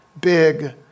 big